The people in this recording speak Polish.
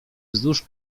wzdłuż